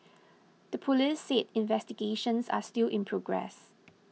the police said investigations are still in progress